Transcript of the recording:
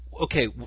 Okay